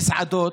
מסעדות,